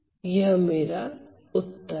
यह मेरा उत्तर है